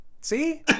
See